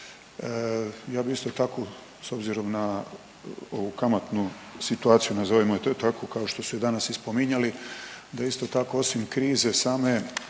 Ja bi isto tako s obzirom na ovu kamatnu situaciju nazovimo je to je tako kao što su danas i spominjali doista tako osim krize same